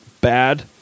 bad